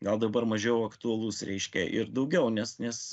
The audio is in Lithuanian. gal dabar mažiau aktualus reiškia ir daugiau nes nes